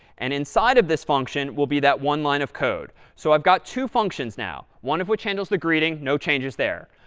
and inside of this function will be that one line of code. so i've got two functions now, one of which handles the greeting, no changes there,